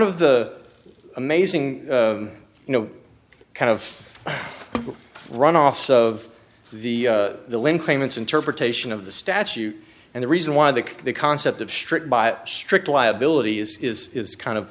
of the amazing you know kind of runoffs of the link claimants interpretation of the statute and the reason why that the concept of strict by strict liability is is is kind